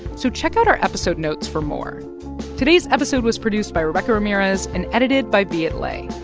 so check out our episode notes for more today's episode was produced by rebecca ramirez and edited by viet le.